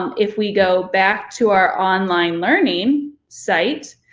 um if we go back to our online learning site